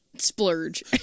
Splurge